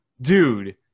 dude